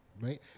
right